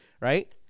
right